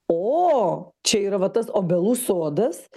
o čia yra va tas obelų sodas